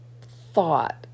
thought